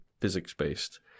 physics-based